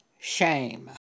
shame